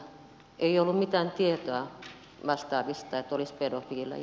ei ollut mitään tietoa vastaavasta että olisi pedofiileja